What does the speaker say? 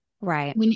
right